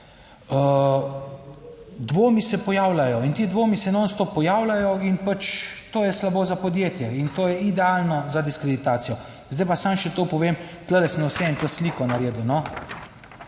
dvomi se pojavljajo in ti dvomi se nonstop pojavljajo in pač to je slabo za podjetje in to je idealno za diskreditacijo. Zdaj pa samo še to povem, tu sem vseeno to sliko naredil,